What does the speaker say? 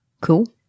Cool